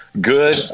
good